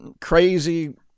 crazy